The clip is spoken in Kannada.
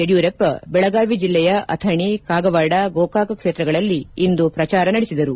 ಯಡಿಯೂರಪ್ಪ ಬೆಳಗಾವಿ ಜಿಲ್ಲೆಯ ಅಥಣಿ ಕಾಗವಾಡ ಗೋಕಾಕ್ ಕ್ಷೇತ್ರಗಳಲ್ಲಿ ಇಂದು ಪ್ರಚಾರ ನಡೆಸಿದರು